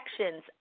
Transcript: sections